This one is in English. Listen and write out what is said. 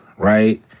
Right